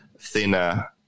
thinner